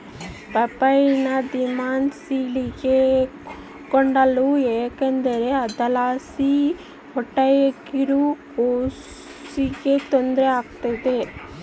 ಪಪ್ಪಾಯಿನ ದಿಮೆಂಸೇಳಿಗೆ ಕೊಡಕಲ್ಲ ಯಾಕಂದ್ರ ಅದುರ್ಲಾಸಿ ಹೊಟ್ಯಾಗಿರೋ ಕೂಸಿಗೆ ತೊಂದ್ರೆ ಆಗ್ತತೆ